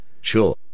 sure